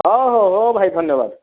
ହ ହ ହଉ ଭାଇ ଧନ୍ୟବାଦ